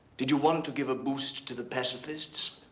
did you want to give a boost to the pacifists?